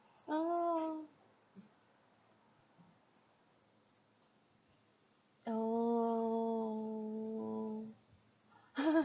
oh oh